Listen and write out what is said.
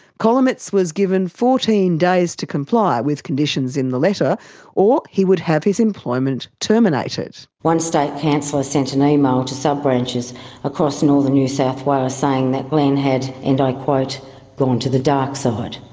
kolomeitz was given fourteen days to comply with conditions in the letter or he would have his employment terminated. one state councillor sent an email to sub-branches across northern new south wales, saying that glenn had and gone to the dark side.